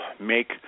make